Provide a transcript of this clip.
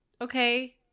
okay